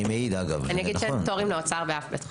אין פטורים לאוצר באף בית חולים,